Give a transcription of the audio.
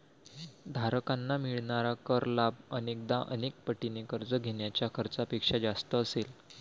धारकांना मिळणारा कर लाभ अनेकदा अनेक पटीने कर्ज घेण्याच्या खर्चापेक्षा जास्त असेल